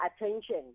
attention